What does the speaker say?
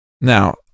Now